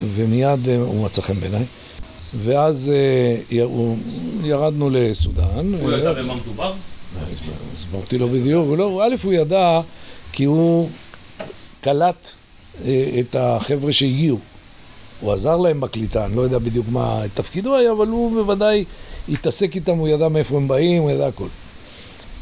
ומיד הוא מצא חן בעיניי ואז הוא ירדנו לסודן הוא לא ידע במה מדובר? הסברתי לו בדיוק, הוא, א' הוא ידע כי הוא קלט את החבר'ה שהגיעו, הוא עזר להם בקליטה אני לא יודע בדיוק מה תפקידו היה אבל הוא בוודאי התעסק איתם הוא ידע מאיפה הם באים, הוא ידע הכל